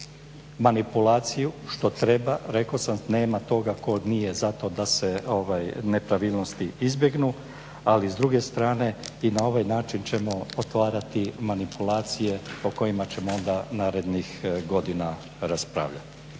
manipulaciju, što treba rekao sam nema toga tko nije za to da se nepravilnosti izbjegnu, ali s druge strane i na ovaj način ćemo otvarati manipulacije o kojima ćemo onda narednih godina raspravljati.